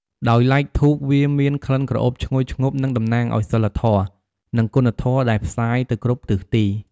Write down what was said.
ដោយឡែក ធូប វាមានក្លិនក្រអូបឈ្ងុយឈ្ងប់និងតំណាងឱ្យសីលធម៌ និងគុណធម៌ដែលផ្សាយទៅគ្រប់ទិសទី។